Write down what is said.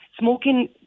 smoking